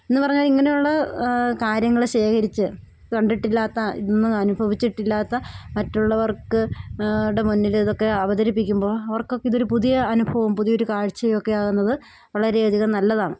എന്നു പറഞ്ഞാൽ ഇങ്ങനെയുള്ള കാര്യങ്ങൾ ശേഖരിച്ച് കണ്ടിട്ടില്ലാത്ത ഇതൊന്നും അനുഭവിച്ചിട്ടില്ലാത്ത മറ്റുള്ളവർക്ക് ടെ മുന്നിൽ ഇതൊക്കെ അവതരിപ്പിക്കുമ്പോൾ അവർക്കൊക്കെ ഇതൊരു പുതിയ അനുഭവം പുതിയൊരു കാഴ്ചയൊക്കെ ആകുന്നത് വളരെയധികം നല്ലതാണ്